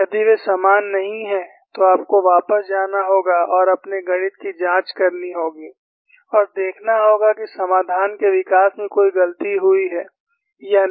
यदि वे समान नहीं हैं तो आपको वापस जाना होगा और अपने गणित की जांच करनी होगी और देखना होगा कि समाधान के विकास में कोई गलती हुई है या नहीं